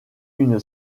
une